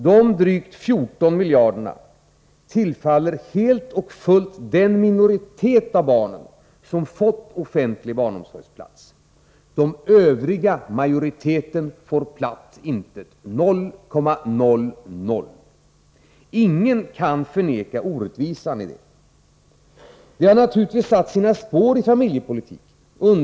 Dessa drygt 14 miljarder tillfaller helt och fullt den minoritet av barnen som fått plats inom den offentliga barnomsorgen. De övriga, majoriteten, får platt intet — 0,00. Ingen kan förneka orättvisan i detta. Det här har naturligtvis satt sina spår i familjepolitiken.